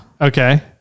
Okay